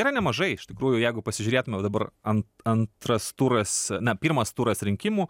yra nemažai iš tikrųjų jeigu pasižiūrėtume va dabar ant antras turas na pirmas turas rinkimų